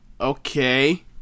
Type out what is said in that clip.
Okay